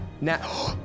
Now